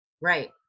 Right